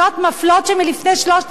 שמלפני 3,000 שנה.